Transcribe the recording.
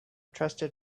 trusted